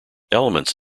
elements